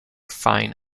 fine